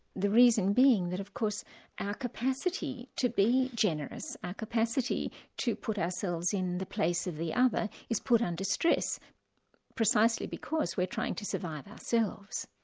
the reason being that of course our capacity to be generous, our capacity to put ourselves in the place of the other is put under stress precisely because we're trying to survive ourselves.